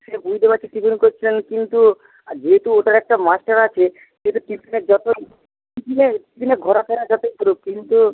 সে বুঝতে পারছি টিফিন করছিলেন কিন্তু যেহেতু ওটার একটা মাস্টার আছে সেহেতু টিফিনে যত টিফিনে টিফিনে ঘোরাফেরা যতই করুক কিন্তু